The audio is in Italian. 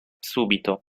subito